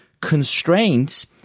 constraints